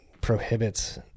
prohibits